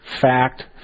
fact